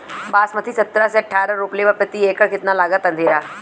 बासमती सत्रह से अठारह रोपले पर प्रति एकड़ कितना लागत अंधेरा?